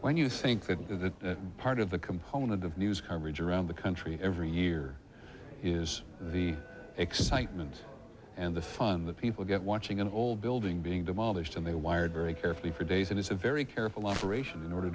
when you think that the part of the component of news coverage around the country every year is the excitement and the fun that people get watching an old building being demolished and they wired very carefully for days and it's a very careful